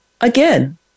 again